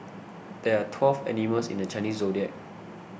there are twelve animals in the Chinese zodiac